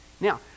Now